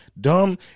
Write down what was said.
dumb